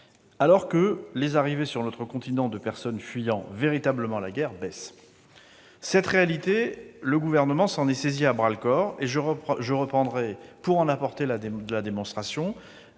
alors que les arrivées sur notre continent de personnes fuyant véritablement la guerre baissent. Cette réalité, le Gouvernement s'en est saisi à bras-le-corps, et je reprendrai, pour en apporter la démonstration,